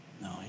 no